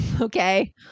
Okay